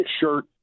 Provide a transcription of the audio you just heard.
shirt